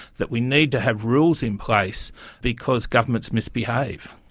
that we need to have rules in place because governments misbehave.